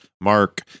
mark